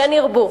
כן ירבו.